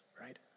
right